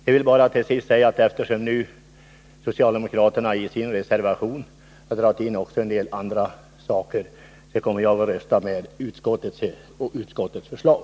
Jag vill nu bara säga att eftersom socialdemokraterna i sin reservation dragit in också en del andra saker kommer jag att rösta för utskottets förslag.